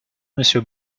monsieur